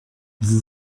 vous